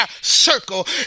circle